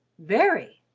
very.